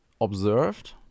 observed